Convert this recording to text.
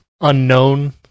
unknown